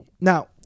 now